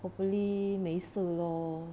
hopefully 没事 lor